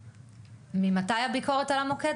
ממתי הביקורת על המוקד?